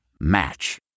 Match